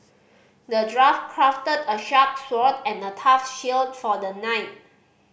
the dwarf crafted a sharp sword and a tough shield for the knight